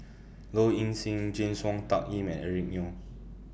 Low Ing Sing James Wong Tuck Yim and Eric Neo